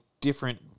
Different